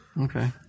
Okay